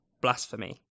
blasphemy